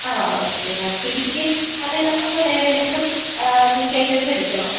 ആ okay ma'am പിടിക്ക് chicken കറിയാണൊ അതോ വേറെ ഏതേലും മീറ്റ് ഐറ്റംസ് എടുക്കണോ